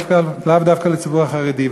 לאו דווקא לציבור החרדי.